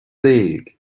déag